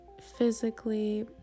physically